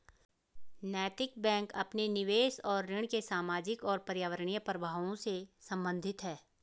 नैतिक बैंक अपने निवेश और ऋण के सामाजिक और पर्यावरणीय प्रभावों से संबंधित है